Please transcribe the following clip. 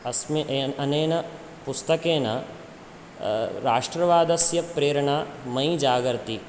अस्मि अनेन पुस्तकेन राष्ट्रवादस्य प्रेरणा मयि जागर्ति